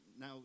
now